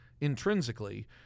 intrinsically